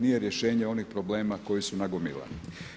Nije rješenje onih problema koji su nagomilani.